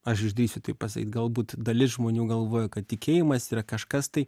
aš išdrįsiu tai pasakyti galbūt dalis žmonių galvoja kad tikėjimas yra kažkas tai